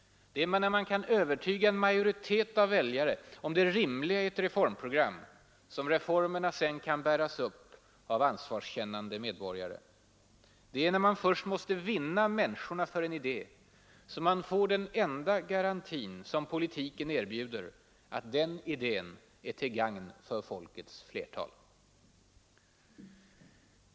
Det är när man kan övertyga en majoritet av väljare om det rimliga i ett reformprogram som reformerna sen kan bäras upp av ansvarskännande medborgare. Det är när man först måste vinna människorna för en idé som man får den enda garantin som politiken erbjuder att den idén är till gagn för folkets flertal.